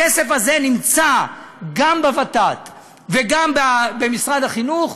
הכסף הזה נמצא גם בוות"ת וגם במשרד החינוך,